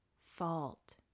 fault